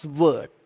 word